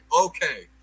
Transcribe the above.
okay